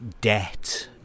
debt